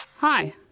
Hi